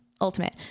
ultimate